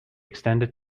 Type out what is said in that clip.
extended